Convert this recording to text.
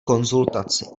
konzultaci